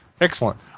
Excellent